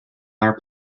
our